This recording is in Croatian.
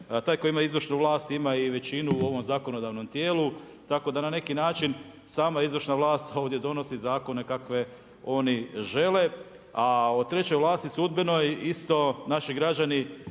Tak koji ima izvršnu vlast ima i većinu u ovome zakonodavnom tijelu, tako da na neki način sama izvršna vlast ovdje donosi zakone kakve oni žele. A o trećoj vlasti sudbenoj, isto naši građani